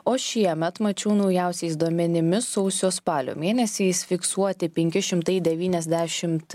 o šiemet mačiau naujausiais duomenimis sausio spalio mėnesiais fiksuoti penki šimtai devyniasdešimt